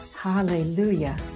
Hallelujah